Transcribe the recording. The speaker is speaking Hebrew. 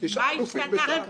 מה השתנה.